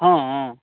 हँ